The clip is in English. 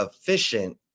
efficient